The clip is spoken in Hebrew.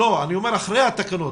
אני אומר, אחרי התקנות.